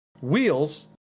wheels